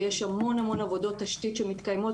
ויש המון המון עבודות תשתית שמתקיימות